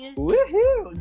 Woohoo